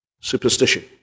Superstition